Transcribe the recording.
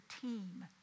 team